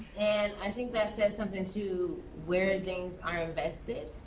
and i think that says something to where things are invested,